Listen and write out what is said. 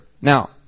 Now